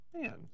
man